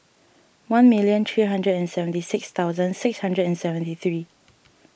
one million three hundred and seventy six thousand six hundred and seventy three